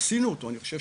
עשינו את המודל,